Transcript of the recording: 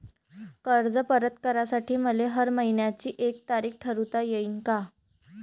कर्ज परत करासाठी मले हर मइन्याची एक तारीख ठरुता येईन का?